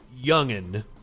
youngin